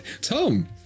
Tom